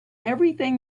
everything